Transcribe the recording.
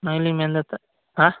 ᱚᱱᱟᱜᱮᱞᱤᱧ ᱢᱮᱱᱫᱟᱛᱚᱢ ᱦᱟᱸᱜ